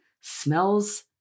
smells